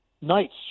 nights